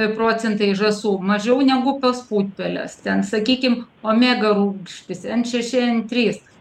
procentai žąsų mažiau negu pas putpeles ten sakykim omega rūgštys n šeši n trys